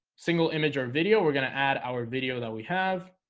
single image or video we're gonna add our video that we have